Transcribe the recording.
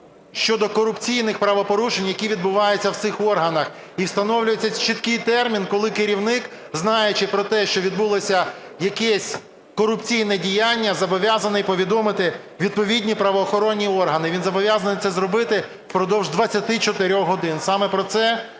щодо корупційних правопорушень, які відбуваються в цих органах. І встановлюється чіткий термін, коли керівник, знаючи про те, що відбулось якесь корупційне діяння, зобов'язаний повідомити відповідні правоохоронні органи. Він зобов'язаний це зробити впродовж 24 годин. Саме про це